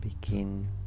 begin